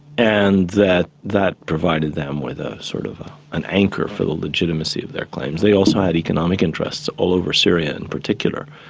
and that that provided them with ah sort of an anchor for the legitimacy of their claims. they also had economic interests all over syria in particular.